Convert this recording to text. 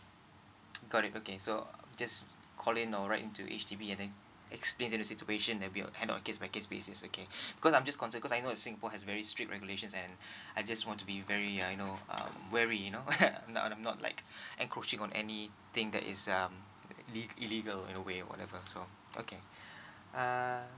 got it okay so just call in or write in to H_D_B and then explain the situation and we will hand on case by case basis okay because I'm just concert because I know in singapore has very strict regulations and I just want to be very I know um worry you know I'm I'm not like end coaching on anything that is um le~ illegal in a way whatever so okay uh